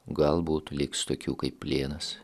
galbūt liks tokių kaip plienas